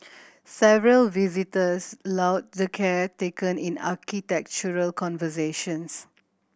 several visitors lauded the care taken in architectural conservation